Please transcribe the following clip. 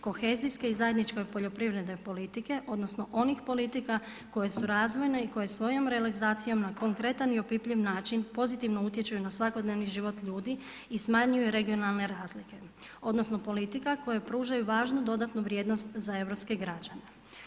Kohezija i zajednička poljoprivredne politike, odnosno, onih politika koje su razvojne i koje svojom realizacijom na konkretna i na opipljiv način pozitivno utječu i na svakodnevni život ljudi i smanjuju regionalne razvoje, odnosno, politika, koje pružaju važnu dodatnu vrijednost za europske građane.